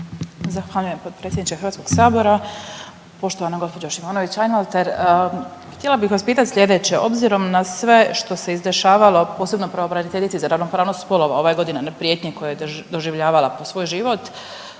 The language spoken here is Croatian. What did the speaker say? Zahvaljujem potpredsjedniče HS-a. Poštovana gđo Šimonović Einwalter. Htjela bih vas pitati sljedeće, obzirom na sve što se izdešavalo, posebno pravobraniteljici za ravnopravnost spolova, ove godine, na prijetnje koje je doživljavala po svoj život